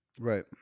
Right